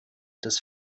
des